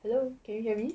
hello can you hear me